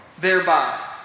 thereby